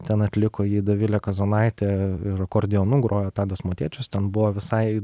ten atliko jį dovilė kazonaitė ir akordeonu grojo tadas motiečius ten buvo visai